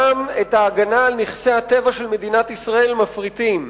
גם את ההגנה על נכסי הטבע של מדינת ישראל מפריטים,